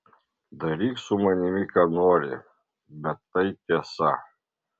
daryk su manimi ką nori bet tai tiesa